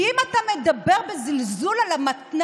כי אם אתה מדבר בזלזול על המתנ"סים,